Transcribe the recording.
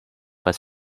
but